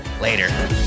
later